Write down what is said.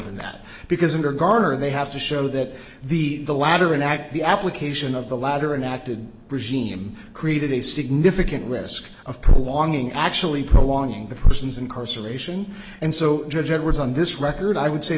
than that because under garner they have to show that the the lateran act the application of the latter and acted regime created a significant risk of prolonging actually prolonging the person's incarceration and so judge edwards on this record i would say